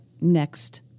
next